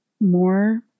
more